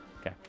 Okay